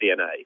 DNA